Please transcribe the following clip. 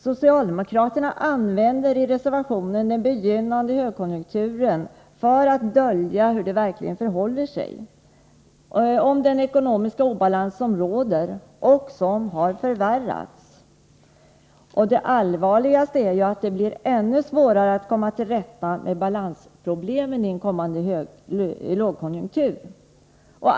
Socialdemokraterna använder i reservationen den begynnande högkonjunkturen för att dölja hur det verkligen förhåller sig, vilken ekonomisk obalans som råder och hur den har förvärrats. Det allvarligaste är att det blir ännu svårare att komma till rätta med balansproblemen i en kommande lågkonjunktur.